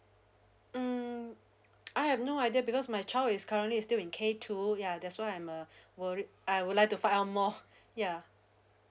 hmm I have no idea because my child is currently still in K two ya that's why I'm uh worried I would like to find out more yeah